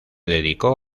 dedicó